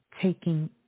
taking